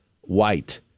white